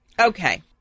Okay